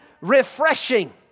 refreshing